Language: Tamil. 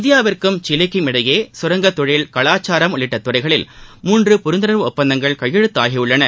இந்தியாவிற்கும் சிலிக்கும் இடையே சுரங்கத் தொழில் கலாச்சாரம் உள்ளிட்ட துறைகளில் மூன்று புரிந்துணர்வு ஒப்பந்தங்கள் கையெழுத்தாகியுள்ளன